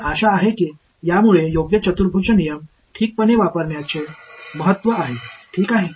तर आशा आहे की यामुळे योग्य चतुर्भुज नियम ठीकपणे वापरण्याचे महत्त्व आहे ठीक आहे